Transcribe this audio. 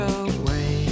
away